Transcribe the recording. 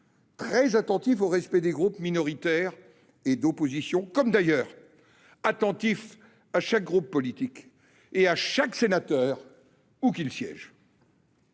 très attentif au respect des groupes minoritaires et d’opposition, comme d’ailleurs à chaque groupe politique et à chaque sénateur, où qu’il siège.